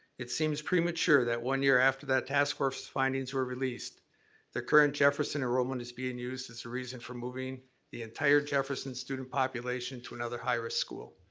it seems premature that one year after that task force's findings were released the current jefferson enrollment is being used as a reason for moving the entire jefferson student population to another high risk school.